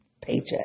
paycheck